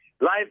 Life